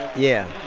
yeah.